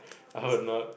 I would not